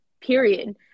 Period